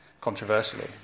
controversially